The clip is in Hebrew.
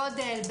גודל,